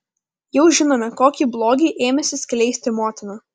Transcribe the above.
jau žinome kokį blogį ėmėsi skleisti motina